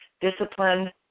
Discipline